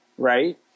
Right